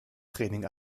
training